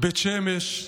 בית שמש,